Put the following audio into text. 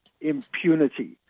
impunity